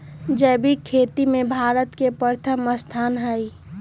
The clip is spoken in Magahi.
जैविक खेती में भारत के प्रथम स्थान हई